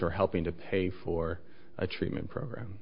or helping to pay for a treatment program